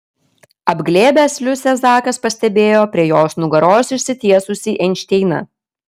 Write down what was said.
apglėbęs liusę zakas pastebėjo prie jos nugaros išsitiesusį einšteiną